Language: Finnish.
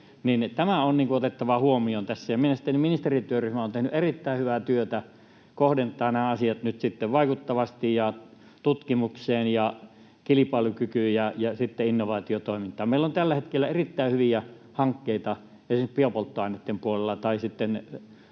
Tämä on otettava huomioon tässä, ja mielestäni ministerityöryhmä on tehnyt erittäin hyvää työtä kohdentaen nämä asiat nyt sitten vaikuttavasti tutkimukseen, kilpailukykyyn ja sitten innovaatiotoimintaan. Meillä on tällä hetkellä erittäin hyviä hankkeita esimerkiksi biopolttoaineitten puolella tai